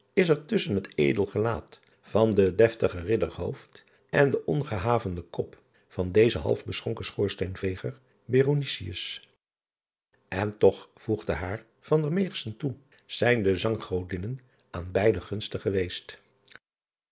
is er tusschen het edel gelaat van den deftigen idder en den ongehavenden kop van dezen halfbeschonken schoorsteenveger n toch voegde haar toe zijn de anggodinnen aan beide gunstig geweest